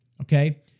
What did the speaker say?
okay